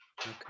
Okay